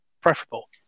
preferable